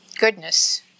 Goodness